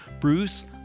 Bruce